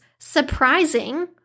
Surprising